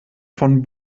von